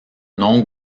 non